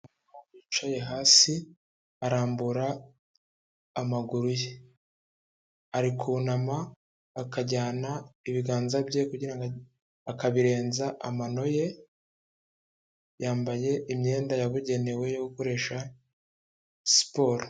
Umukobwa wicaye hasi arambura amaguru ye, ari kunama akajyana ibiganza bye kugirango akabirenza amano ye, yambaye imyenda yabugenewe yo gukoresha siporo.